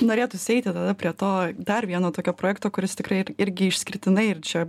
norėtųsi eiti tada prie to dar vieno tokio projekto kuris tikrai ir irgi išskirtinai ir čia